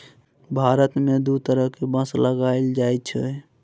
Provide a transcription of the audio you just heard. भारत मे दु तरहक बाँस लगाएल जाइ छै